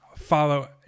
follow